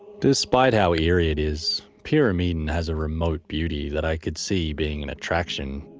despite how eerie it is, pyramiden has a remote beauty that i could see being an attraction,